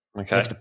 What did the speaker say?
Okay